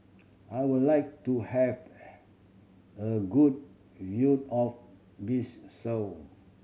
I would like to have a good view of Bissau